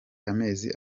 amezi